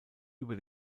über